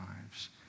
lives